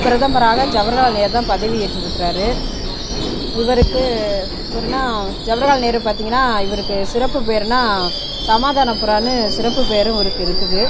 பிரதமராக ஜவர்ஹலால் நேரு தான் பதவி ஏற்று இருக்கிறார் இவருக்கு இவர்னா ஜவர்ஹலால் நேரு பார்த்தீங்னா இவருக்கு சிறப்பு பேர்னா சமாதான புறான்னு சிறப்பு பெயரும் இவருக்கு இருக்குது